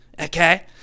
okay